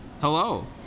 Hello